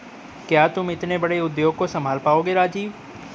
क्या तुम इतने बड़े उद्योग को संभाल पाओगे राजीव?